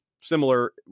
similar